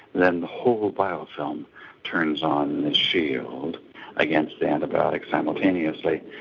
then the whole biofilm turns on this shield against the antibiotic simultaneously.